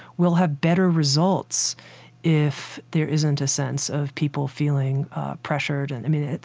we'll have better results if there isn't a sense of people feeling pressured. and i mean,